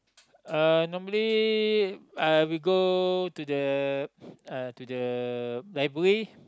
uh normally I will go to the uh to the library